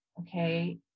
okay